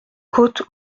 côte